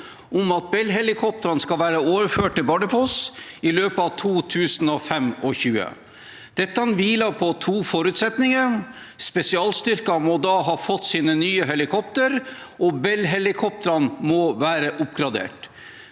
om at Bell-helikoptrene skal være overført til Bardufoss i løpet av 2025, fast? Dette hviler på to forutsetninger: Spesialstyrkene må da ha fått sine nye helikopter, og Bellhelikoptrene må være oppgradert.